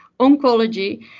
oncology